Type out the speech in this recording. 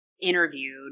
interviewed